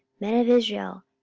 men of israel,